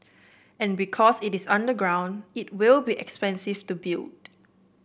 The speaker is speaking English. and because it is underground it will be expensive to build